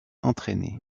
entraînés